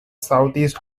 southeast